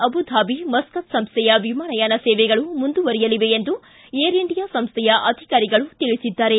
Abu Dhabi Muscat ಸಂಸ್ಥೆಯ ವಿಮಾನ ಯಾನ ಸೇವೆಗಳು ಮುಂದುವರಿಯಲಿವೆ ಎಂದು ಏರ್ ಇಂಡಿಯಾ ಸಂಸ್ಥೆಯ ಅಧಿಕಾರಿಗಳು ತಿಳಿಸಿದ್ದಾರೆ